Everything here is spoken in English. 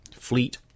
fleet